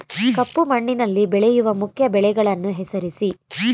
ಕಪ್ಪು ಮಣ್ಣಿನಲ್ಲಿ ಬೆಳೆಯುವ ಮುಖ್ಯ ಬೆಳೆಗಳನ್ನು ಹೆಸರಿಸಿ